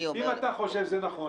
אם אתה חושב שזה נכון,